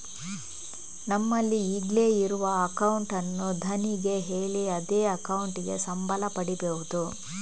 ನಮ್ಮಲ್ಲಿ ಈಗ್ಲೇ ಇರುವ ಅಕೌಂಟ್ ಅನ್ನು ಧಣಿಗೆ ಹೇಳಿ ಅದೇ ಅಕೌಂಟಿಗೆ ಸಂಬಳ ಪಡೀಬಹುದು